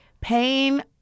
pain